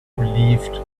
relieved